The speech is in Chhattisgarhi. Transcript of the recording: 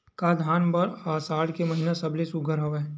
का धान बर आषाढ़ के महिना सबले सुघ्घर हवय?